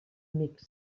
mixt